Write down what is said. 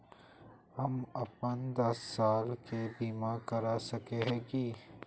हम अपन दस साल के बीमा करा सके है की?